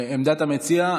עמדת המציע?